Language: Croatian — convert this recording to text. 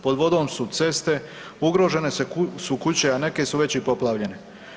Pod vodom su ceste, ugrožene su kuće, a neke su već i poplavljene.